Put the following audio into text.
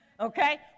Okay